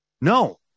No